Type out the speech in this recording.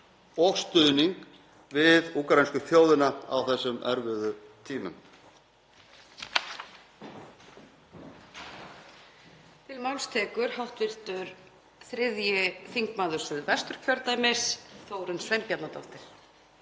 og stuðning við úkraínsku þjóðina á þessum erfiðu tímum.